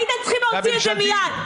הייתם צריכים להוציא את זה מיד.